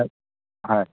হয়